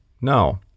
no